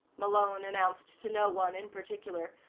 malone announced to no one in particular,